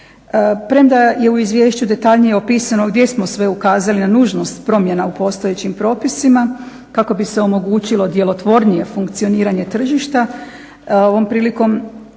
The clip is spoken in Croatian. Premda je u izvješću detaljnije opisano gdje smo sve ukazali na nužnost promjena u postojećim propisima kako bi se omogućilo djelotvornije funkcioniranje tržišta. Ovom prilikom